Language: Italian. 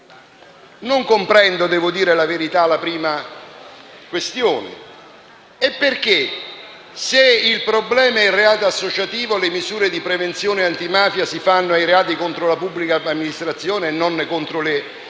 Non comprendo - devo dire la verità - la prima questione: se il problema è il reato associativo, perché le misure di prevenzione antimafia si applicano ai reati contro la pubblica amministrazione e non vengono